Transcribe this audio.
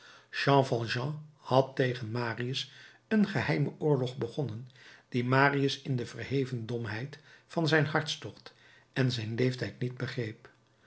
had tegen marius een geheimen oorlog begonnen dien marius in de verheven domheid van zijn hartstocht en zijn leeftijd niet begreep